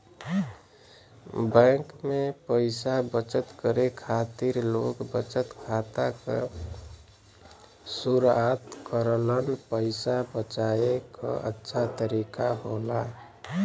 bank में पइसा बचत करे खातिर लोग बचत खाता क शुरआत करलन पइसा बचाये क अच्छा तरीका होला